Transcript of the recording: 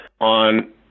on